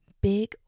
big